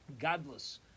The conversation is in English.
godless